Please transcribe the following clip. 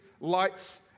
lights